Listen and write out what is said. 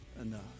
enough